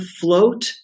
float